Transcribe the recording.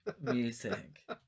music